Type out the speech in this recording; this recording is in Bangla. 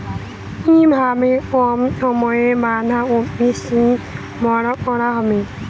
কিভাবে কম সময়ে বাঁধাকপি শিঘ্র বড় হবে?